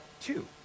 two